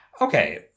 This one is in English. Okay